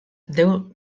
deu